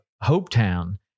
Hopetown